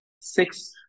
six